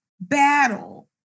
battle